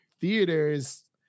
theaters